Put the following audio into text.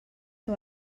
que